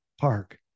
park